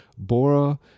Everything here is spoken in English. Bora